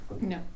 No